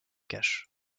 cachent